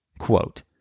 quote